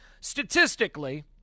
statistically